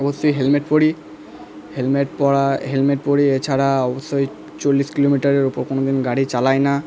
অবশ্যই হেলমেট পরি হেলমেট পরা হেলমেট পরি এছাড়া অবশ্যই চল্লিশ কিলোমিটারের ওপর কোনো দিন গাড়ি চালাই না